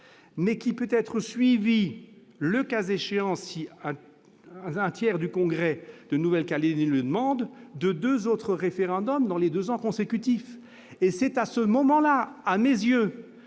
mais il pourra être suivi, le cas échéant, si un tiers du Congrès de Nouvelle-Calédonie le demande, de deux autres référendums dans les deux années consécutives. C'est selon moi à ce